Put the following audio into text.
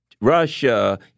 Russia—